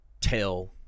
tell